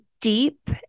deep